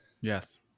Yes